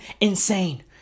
insane